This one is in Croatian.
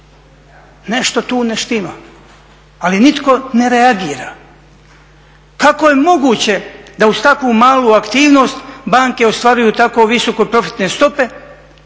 Nešto tu ne štima, ali nitko ne reagira. Kako je moguće da uz takvu malu aktivnost banke ostvaruju tako visoko profitne stope?